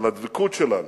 על הדבקות שלנו